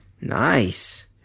Nice